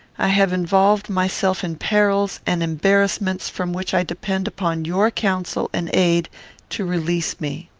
i have involved myself in perils and embarrassments from which i depend upon your counsel and aid to release me.